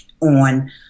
on